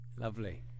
Lovely